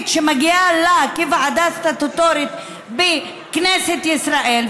שמגיעה לה כוועדה סטטוטורית בכנסת ישראל,